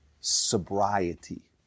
sobriety